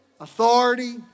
authority